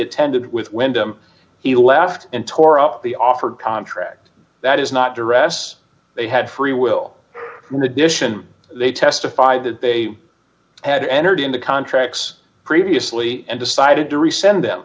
attended with wyndham he left and tore up the offered contract that is not to rest they had free will in addition they testified that they had entered into contracts previously and decided to rescind them